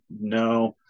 No